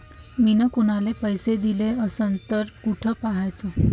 मिन कुनाले पैसे दिले असन तर कुठ पाहाचं?